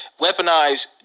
weaponize